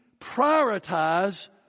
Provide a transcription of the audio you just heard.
prioritize